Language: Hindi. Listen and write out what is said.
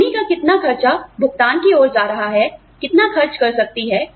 कंपनी का कितना खर्चा भुगतान की ओर जा रहा है कितना खर्च कर सकती है